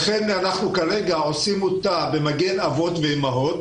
לכן, אנחנו עושים אותה כרגע במגן אבות ואימהות,